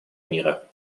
мира